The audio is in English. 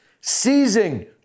seizing